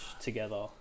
together